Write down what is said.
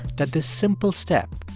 that this simple step,